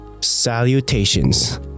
Salutations